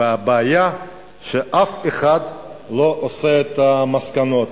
והבעיה שאף אחד לא מסיק את המסקנות.